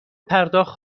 پرداخت